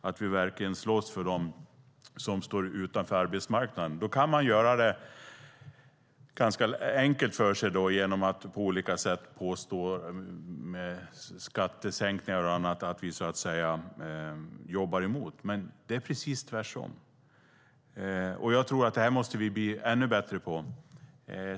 Vi ska verkligen slåss för dem som står utanför arbetsmarknaden. Man kan göra det ganska enkelt för sig genom att på olika sätt påstå att vi med skattesänkningar och annat jobbar emot, men det är precis tvärtom. Jag tror att vi måste bli ännu bättre på det här.